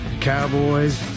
cowboys